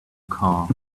car